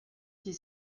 die